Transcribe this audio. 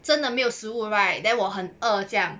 真的没有食物 right then 我很饿这样